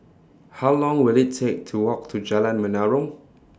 How Long Will IT Take to Walk to Jalan Menarong